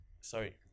Sorry